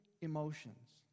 emotions